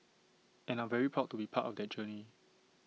and I'm very proud to be part of that journey